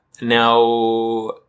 now